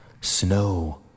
Snow